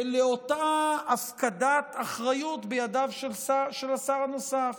לאותה הפקדת אחריות בידיו של השר הנוסף.